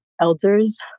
elders